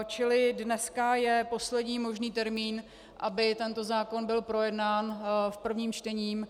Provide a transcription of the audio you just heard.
Čili dneska je poslední možný termín, aby tento zákon byl projednán v prvním čtení.